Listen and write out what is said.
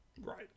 Right